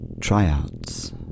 tryouts